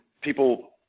people